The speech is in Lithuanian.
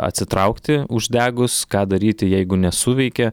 atsitraukti uždegus ką daryti jeigu nesuveikė